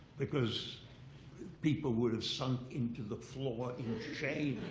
because people would have sunk into the floor in shame